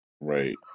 Right